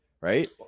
Right